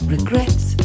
Regrets